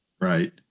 Right